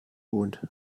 wohnt